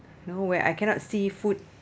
know where I cannot see food